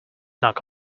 knock